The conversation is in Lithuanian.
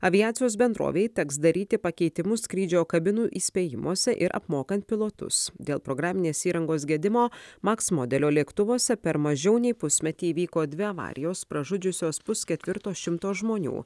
aviacijos bendrovei teks daryti pakeitimus skrydžio kabinų įspėjimuose ir apmokant pilotus dėl programinės įrangos gedimo maks modelio lėktuvuose per mažiau nei pusmetį įvyko dvi avarijos pražudžiusios pusketvirto šimto žmonių